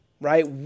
right